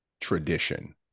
tradition